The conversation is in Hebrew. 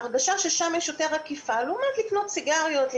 ההרגשה היא ששם יש יותר אכיפה לעומת קניית סיגריות,